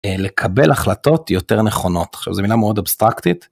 לקבל החלטות יותר נכונות, עכשיו זו מילה מאוד אבסטרקטית.